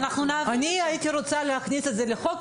אני הייתי רוצה להכניס את זה לחוק.